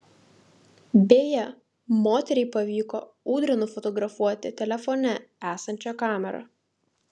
beje moteriai pavyko ūdrą nufotografuoti telefone esančia kamera